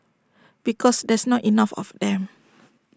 because there's not enough of them